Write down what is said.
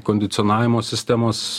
kondicionavimo sistemos